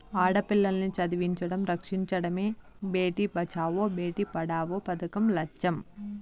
ఆడపిల్లల్ని చదివించడం, రక్షించడమే భేటీ బచావో బేటీ పడావో పదకం లచ్చెం